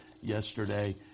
yesterday